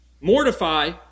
Mortify